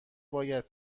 باید